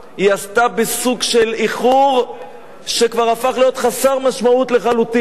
היא עשתה בסוג של איחור שכבר הפך להיות חסר משמעות לחלוטין.